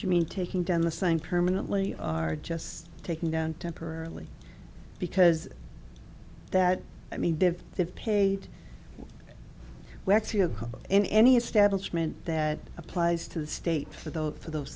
you mean taking down the same permanently are just taking down temporarily because that i mean they've paid in any establishment that applies to the state for the for those